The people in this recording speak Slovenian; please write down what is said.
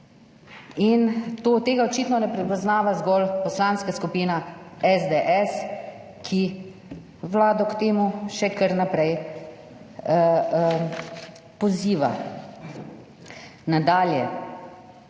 - in tega očitno ne prepoznava zgolj Poslanska skupina SDS, ki Vlado k temu še kar naprej poziva. Nadalje,